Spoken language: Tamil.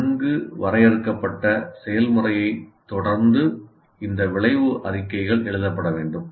நன்கு வரையறுக்கப்பட்ட செயல்முறையைத் தொடர்ந்து இந்த விளைவு அறிக்கைகள் எழுதப்பட வேண்டும்